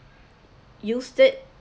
used it